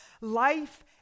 life